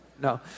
No